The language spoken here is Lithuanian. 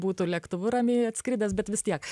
būtų lėktuvu ramiai atskridęs bet vis tiek